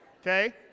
okay